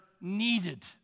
needed